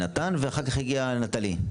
ואחר כך הגיע "נטלי".